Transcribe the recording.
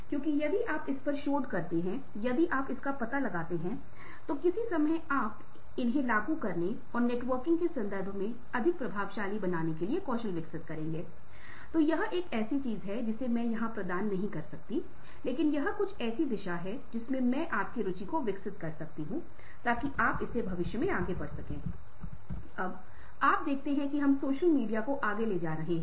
इसलिए जब कोई कंपनी वेतन वृद्धि को लागू करने में विफल हो जाती है तो एचआर प्रबंधक अपने अनुभव के आधार पर एक नया फार्मूला के रूपसे एक मोड़ लाने के लिए और कंपनी को एक अनुमान देता है कि वेतन वृद्धि कैसे हो सकती है और यह वित्तीय ताकत को बनाए रख सकती है यह कंपनी के लिए फायदेमंद होगा